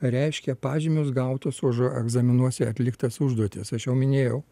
reiškia pažymius gautus už egzaminuose atliktas užduotis aš jau minėjau